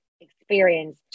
experience